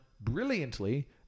brilliantly